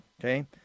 Okay